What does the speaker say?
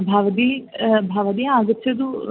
भवती भवती आगच्छतु